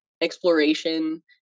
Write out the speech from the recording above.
exploration